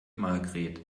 margret